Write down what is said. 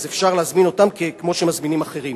אפשר להזמין אותם כמו שמזמינים אחרים,